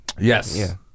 Yes